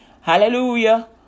Hallelujah